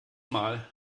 mal